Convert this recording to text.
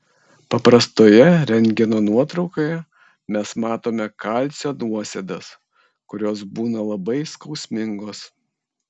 paprastoje rentgeno nuotraukoje mes matome kalcio nuosėdas kurios būna labai skausmingos